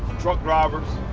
truck drivers,